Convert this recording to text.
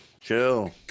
Chill